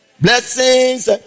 Blessings